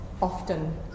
often